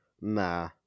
Nah